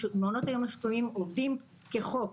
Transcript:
ומעונות היום השיקומיים עובדים כחוק,